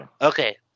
Okay